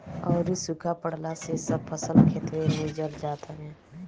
अउरी सुखा पड़ला से सब फसल खेतवे में जर जात हवे